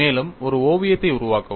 மேலும் ஒரு ஓவியத்தை உருவாக்கவும்